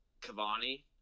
Cavani